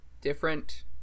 different